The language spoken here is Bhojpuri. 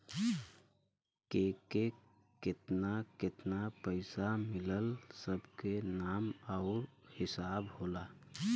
केके केतना केतना पइसा मिलल सब के नाम आउर हिसाब होला